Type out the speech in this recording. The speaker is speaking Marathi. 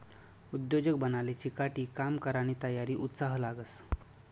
उद्योजक बनाले चिकाटी, काम करानी तयारी, उत्साह लागस